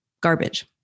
garbage